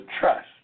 trust